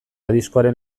diskoaren